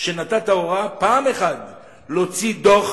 שנתת הוראה פעם אחת להוציא דוח